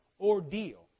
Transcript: ordeal